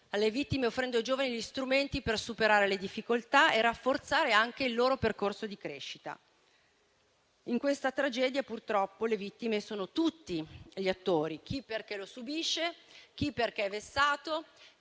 alle vittime, offrendo ai giovani gli strumenti per superare le difficoltà e rafforzare anche il loro percorso di crescita. In questa tragedia, purtroppo, le vittime sono tutti gli attori: chi perché lo subisce, chi perché vessato,